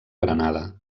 granada